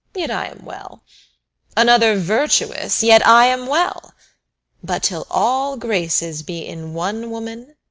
yet i am well another virtuous, yet i am well but till all graces be in one woman,